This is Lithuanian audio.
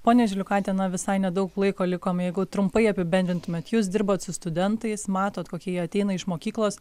ponia žiliukaite na visai nedaug laiko liko jeigu trumpai apibendrintumėt jūs dirbat su studentais matot kokie jie ateina iš mokyklos